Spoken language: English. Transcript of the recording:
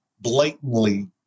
blatantly